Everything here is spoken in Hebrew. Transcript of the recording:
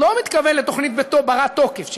לא מתכוון לתוכנית בת-תוקף,